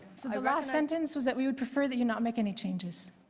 so the last sentence was that we would prefer that you not make any changes.